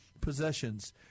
possessions